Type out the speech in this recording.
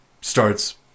starts